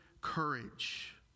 courage